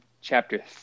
chapter